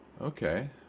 Okay